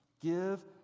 give